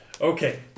Okay